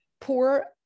poor